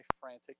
frantic